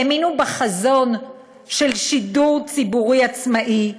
האמינו בחזון של שידור ציבורי עצמאי,